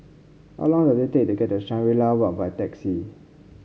how long does it take to get to Shangri La Walk by taxi